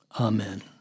Amen